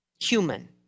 human